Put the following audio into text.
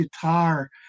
guitar